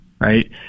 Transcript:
right